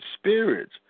spirits